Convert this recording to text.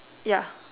ya